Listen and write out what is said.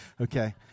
Okay